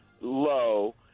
low